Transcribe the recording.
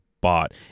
bought